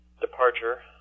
departure